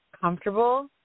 comfortable